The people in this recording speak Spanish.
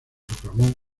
proclamó